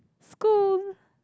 school